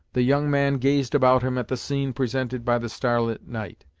the young man gazed about him at the scene presented by the star-lit night.